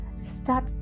Start